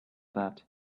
that